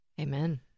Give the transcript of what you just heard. Amen